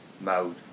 mode